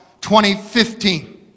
2015